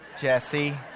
Jesse